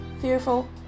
fearful